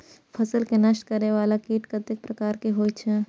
फसल के नष्ट करें वाला कीट कतेक प्रकार के होई छै?